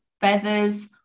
feathers